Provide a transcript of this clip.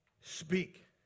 speak